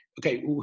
okay